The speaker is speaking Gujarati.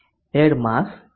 air mass 1